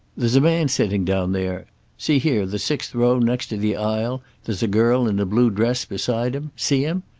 there's a man sitting down there see here, the sixth row, next the aisle there's a girl in a blue dress beside him. see him?